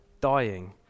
dying